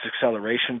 acceleration